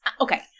okay